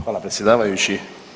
Hvala predsjedavajući.